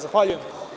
Zahvaljujem.